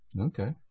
Okay